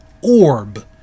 orb